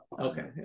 Okay